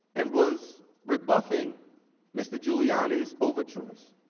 and was rebuffing mr. giuliani's overtures.